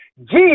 Jesus